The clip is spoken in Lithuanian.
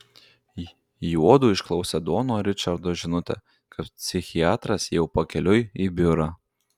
juodu išklausė dono ričardo žinutę kad psichiatras jau pakeliui į biurą